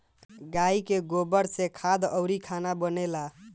गाइ के गोबर से खाद अउरी खाना बनेला